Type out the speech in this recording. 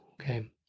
Okay